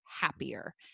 happier